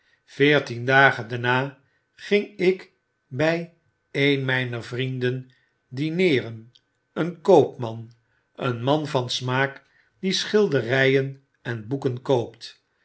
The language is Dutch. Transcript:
veertien dagen daarna ging ik by een myner yfel m m mmm wmmm geen uitweo meer vrienden dineeren een koopman een man van smaak die schilderijen en boeken koopt